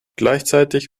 gleichzeitig